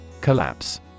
Collapse